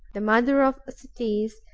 the mother of cities,